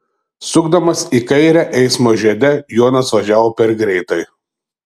sukdamas į kairę eismo žiede jonas važiavo per greitai